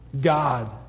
god